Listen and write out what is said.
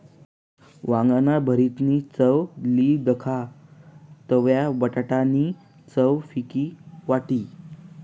वांगाना भरीतनी चव ली दखा तवयं बटाटा नी चव फिकी वाटी